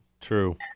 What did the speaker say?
True